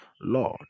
Lord